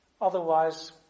Otherwise